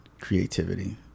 creativity